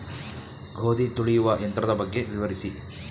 ಗೋಧಿ ತುಳಿಯುವ ಯಂತ್ರದ ಬಗ್ಗೆ ವಿವರಿಸಿ?